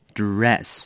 dress